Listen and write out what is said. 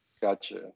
Gotcha